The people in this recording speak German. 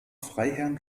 freiherrn